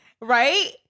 right